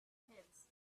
heads